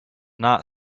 not